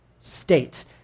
state